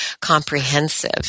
comprehensive